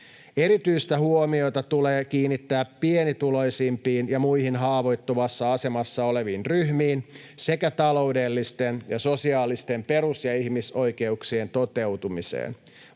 Erityistä huomiota tulee kiinnittää pienituloisimpiin ja muihin haavoittuvassa asemassa oleviin ryhmiin sekä taloudellisten ja sosiaalisten perus- ja ihmisoikeuksien toteutumiseen.